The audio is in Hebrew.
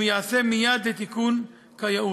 ויעשה מייד לתיקון כיאות.